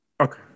Okay